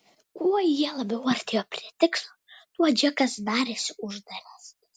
kuo jie labiau artėjo prie tikslo tuo džekas darėsi uždaresnis